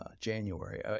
January